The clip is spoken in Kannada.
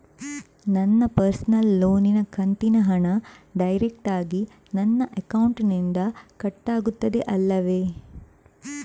ನನ್ನ ಪರ್ಸನಲ್ ಲೋನಿನ ಕಂತಿನ ಹಣ ಡೈರೆಕ್ಟಾಗಿ ನನ್ನ ಅಕೌಂಟಿನಿಂದ ಕಟ್ಟಾಗುತ್ತದೆ ಅಲ್ಲವೆ?